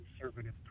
conservative